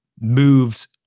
moves